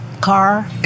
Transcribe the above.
car